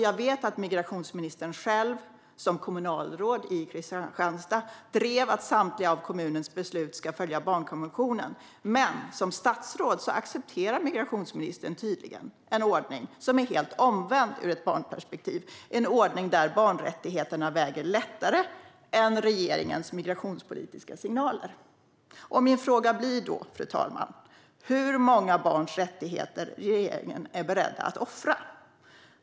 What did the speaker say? Jag vet att migrationsministern själv som kommunalråd i Kristianstad drev att samtliga av kommunens beslut ska följa barnkonventionen. Men som statsråd accepterar migrationsministern tydligen en ordning som är helt omvänd ur ett barnperspektiv. Det är en ordning där barnrättigheterna väger lättare än regeringens migrationspolitiska signaler. Fru talman! Min fråga blir då: Hur många barns rättigheter är regeringen beredd att offra?